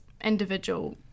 individual